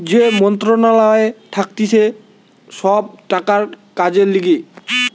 যেই মন্ত্রণালয় থাকতিছে সব টাকার কাজের লিগে